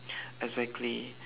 exactly